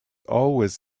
always